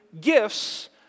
gifts